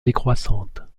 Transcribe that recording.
décroissantes